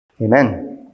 Amen